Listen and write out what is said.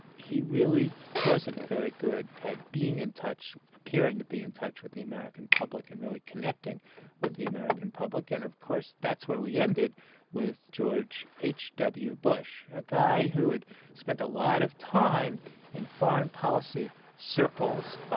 he really wasn't very good at being in touch, appearing to be in touch with the american public and really connecting with the american public, and of course that's where we end it with george h. w. bush, a guy who had spent a lot of time in foreign policy circles,